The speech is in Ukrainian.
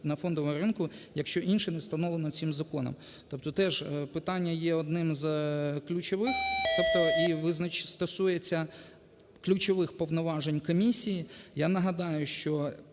на фондовому ринку, якщо інші не встановлені цим законом. Тобто теж питання є одним із ключових, тобто стосується ключових повноважень комісії.